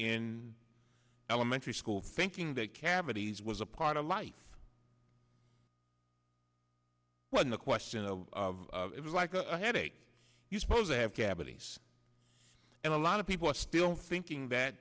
in elementary school thinking that cavities was a part of life when the question of it was like a headache you supposed to have cavities and a lot of people are still thinking that